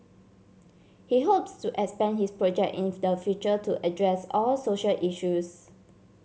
he hopes to expand his project in the future to address all social issues